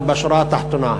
אבל בשורה התחתונה,